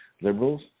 liberals